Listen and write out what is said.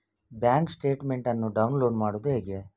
Bank statement ಅನ್ನು download ಮಾಡುವುದು ಹೇಗೆ?